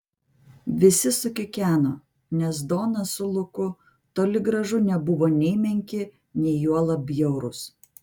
visi sukikeno nes donas su luku toli gražu nebuvo nei menki nei juolab bjaurūs